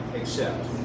accept